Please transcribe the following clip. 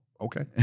okay